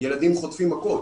ילדים חוטפים מכות.